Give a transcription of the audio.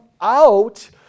out